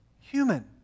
human